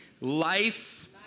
Life